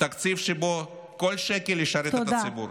תקציב שבו כל שקל ישרת את הציבור.